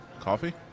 Coffee